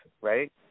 right